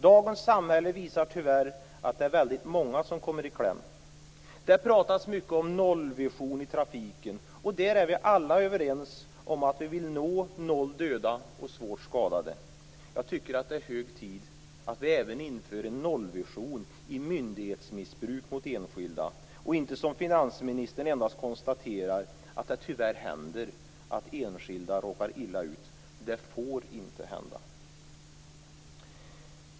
Dagens samhälle visar tyvärr att det är väldigt många som kommer i kläm. Det pratas mycket om nollvision i trafiken, och där är vi alla överens om att vi vill nå noll döda och svårt skadade. Jag tycker att det är hög tid att vi även inför en nollvision i myndighetsmissbruk mot enskilda, och inte, som finansministern, endast konstaterar att det tyvärr händer att enskilda råkar illa ut. Det får inte hända.